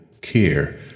care